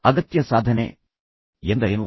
ಅಗತ್ಯ ಸಾಧನೆ ಎಂದರೇನು